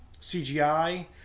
CGI